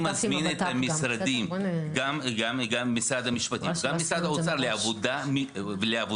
ואני מזמין את המשרדים גם משרד המשפטים וגם משרד האוצר לעבודה משותפת